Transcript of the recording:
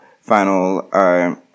final